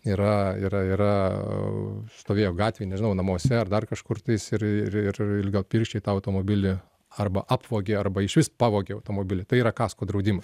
yra yra yra stovėjo gatvėj nežinau namuose ar dar kažkur tais ir ir ir ilgapirščiai tą automobilį arba apvogė arba išvis pavogė automobilį tai yra kasko draudimas